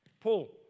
Paul